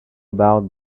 about